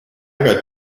got